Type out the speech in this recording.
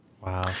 Wow